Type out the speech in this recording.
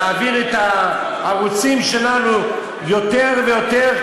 להעביר את הערוצים שלנו יותר ויותר,